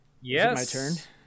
Yes